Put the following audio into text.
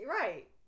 right